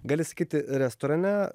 gali sakyti restorane